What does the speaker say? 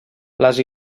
les